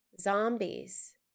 zombies